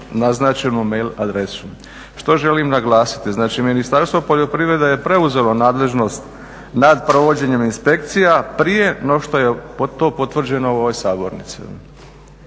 naznačenu mail adresu. Što želim naglasiti? Znači Ministarstvo poljoprivrede je preuzelo nadležnost nad provođenjem inspekcija prije no što je to potvrđeno u ovoj sabornici,